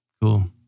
Cool